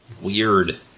weird